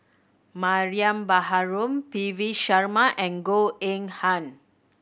Mariam Baharom P V Sharma and Goh Eng Han